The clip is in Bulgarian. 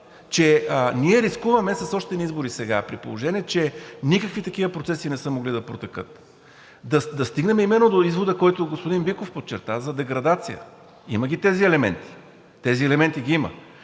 че ние рискуваме с още едни избори сега, при положение че никакви такива процеси не са могли да протекат, да стигнем именно до извода, който господин Биков подчерта, за деградация. Има ги тези елементи – тези елементи ги има.